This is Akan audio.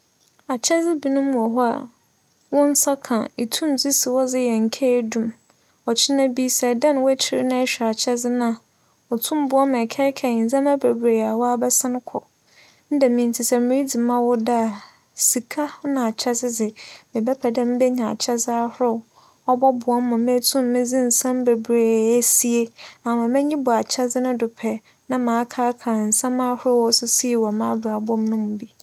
Akyɛdze binom wͻ hͻ a, wo nsa ka a itum dze si hͻ yɛ nkae dum. ͻkyena bi sɛ edan w'ekyir na ehwɛ akyɛdze no a, otum boa ma ekaekae ndzɛmba beberee a wͻabasin kͻ. Ne dɛm ntsi miridzi m'awoda a, sika na akyɛdze dze, mebɛpɛ dɛ mebenya akyɛdze ahorow ͻbͻboa ma meetum medze nsɛm beberee esie ama m'enyi bͻ akyɛdze no do pɛ, nna m'akaakaa nsɛm ahorow a osisii wͻ m'abrabͻ no mu no bi.